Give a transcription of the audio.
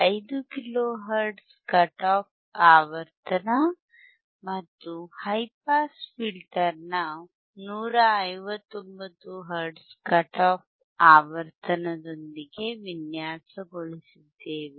5 kilo hertz cut off ಆವರ್ತನ ಮತ್ತು high pass filter ನ 159 ಹರ್ಟ್ಜ್ನ ಕಟ್ ಆಫ್ ಆವರ್ತನದೊಂದಿಗೆ ವಿನ್ಯಾಸಗೊಳಿಸಿದ್ದೇವೆ